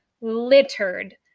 littered